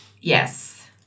Yes